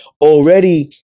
Already